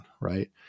right